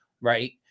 right